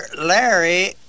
Larry